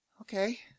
okay